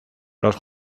los